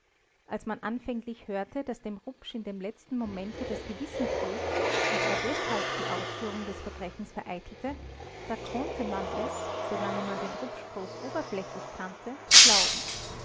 als man anfänglich hörte daß dem rupsch in dem letzten momente das gewissen schlug und er deshalb die ausführung des verbrechens vereitelte da konnte man es solange man den rupsch bloß oberflächlich kannte glauben